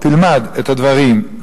תלמד את הדברים,